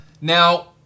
Now